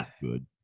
Good